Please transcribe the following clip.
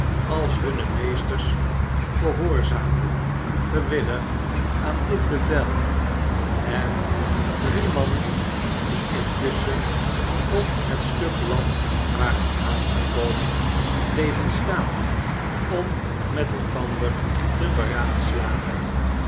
als hunne meesters gehoorzaamden gewillig aan dit bevel en drie mannen die intusschen op het stuk land waren aangekomen bleven staan om met elkander te beraadslagen